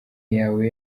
yawe